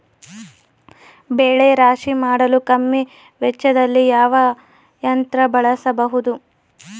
ಬೆಳೆ ರಾಶಿ ಮಾಡಲು ಕಮ್ಮಿ ವೆಚ್ಚದಲ್ಲಿ ಯಾವ ಯಂತ್ರ ಬಳಸಬಹುದು?